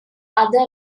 other